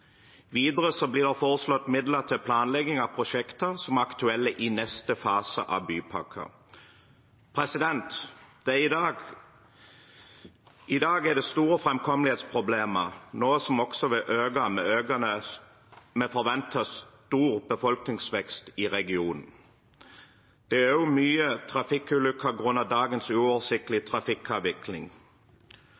Videre blir det foreslått midler til planlegging av prosjekter som er aktuelle i neste fase av bypakken. I dag er det store framkommelighetsproblemer, noe som også vil øke med forventet stor befolkningsvekst i regionen. Det er også mange trafikkulykker grunnet dagens uoversiktlige trafikkavvikling.